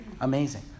amazing